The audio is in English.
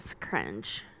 cringe